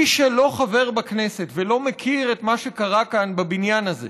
מי שלא חבר בכנסת ולא מכיר את מה שקרה כאן בבניין הזה